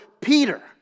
Peter